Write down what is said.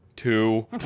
Two